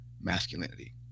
masculinity